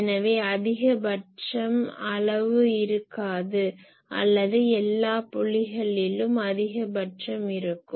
எனவே அதிகபட்சம் அளவு இருக்காது அல்லது எல்லா புள்ளிகளிளும் அதிகபட்சம் இருக்கும்